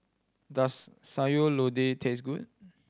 does Sayur Lodeh taste good